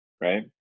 right